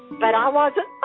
but i wasn't, oh,